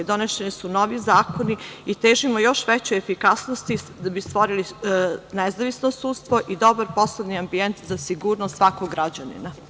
Donošeni su mnogi zakoni i težimo još većoj efikasnosti da bi stvorili nezavisno sudstvo i dobar poslovni ambijent za sigurnost svakog građanina.